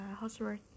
housework